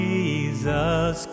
Jesus